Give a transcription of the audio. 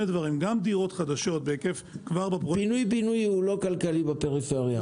דברים: גם דירות חדשות בהיקף -- פינוי בינוי הוא לא כלכלי בפריפריה.